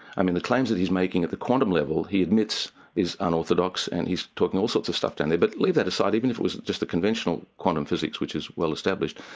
i mean the claims that he's making at the quantum level he admits is unorthodox and he's talking all sorts of stuff down there. but leave that aside, even if it was just the conventional quantum physics which is well established,